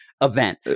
event